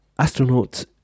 Astronauts